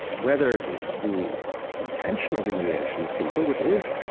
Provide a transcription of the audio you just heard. whether the intentional humiliation of people, which is,